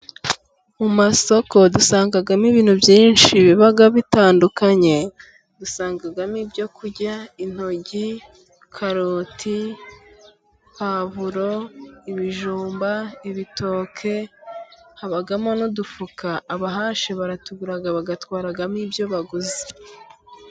Mu masoko dusangamo ibintu byinshi biba bitandukanye. Dusangamo ibyo kurya; intoryi, karoti, pavuro, ibijumba, ibitoki. Habamo n'udufuka, abahashye baratugura bagatwaramo ibyo.